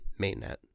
mainnet